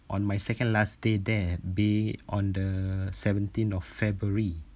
on my second last day there be on the seventeenth of february